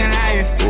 life